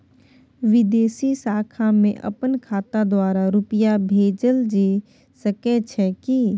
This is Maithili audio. विदेशी खाता में अपन खाता द्वारा रुपिया भेजल जे सके छै की?